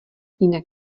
jinak